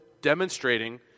demonstrating